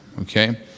Okay